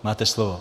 Máte slovo.